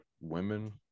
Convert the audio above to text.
women